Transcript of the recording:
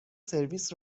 سرویس